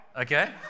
okay